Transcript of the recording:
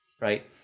right